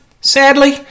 sadly